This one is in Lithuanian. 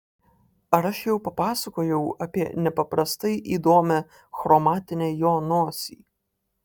ar aš jau papasakojau apie nepaprastai įdomią chromatinę jo nosį